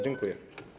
Dziękuję.